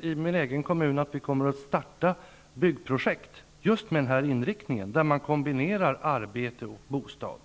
I min egen kommun kan jag tänka mig att vi kommer att starta byggprojekt med just den inriktningen att man kombinerar arbete och bostad.